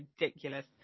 ridiculous